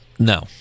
No